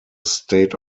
state